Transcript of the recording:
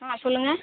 ஆ சொல்லுங்கள்